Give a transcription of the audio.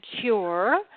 cure –